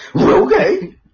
Okay